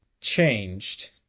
changed